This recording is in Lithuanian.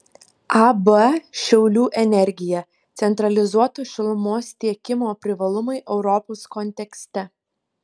ab šiaulių energija centralizuoto šilumos tiekimo privalumai europos kontekste